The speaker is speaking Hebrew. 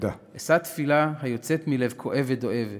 אשא תפילה היוצאת מלב כואב ודואב: